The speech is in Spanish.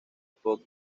pop